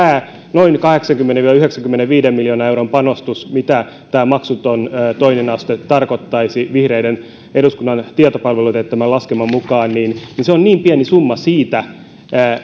noin kahdeksankymmenen viiva yhdeksänkymmenenviiden miljoonan euron panostus mitä tämä maksuton toinen aste tarkoittaisi vihreiden eduskunnan tietopalvelulla teettämän laskeman mukaan on niin pieni summa suhteessa siihen